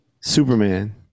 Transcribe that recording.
Superman